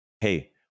Hey